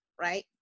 right